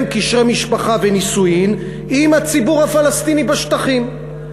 קשרי משפחה ונישואין עם הציבור הפלסטיני בשטחים.